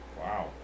Wow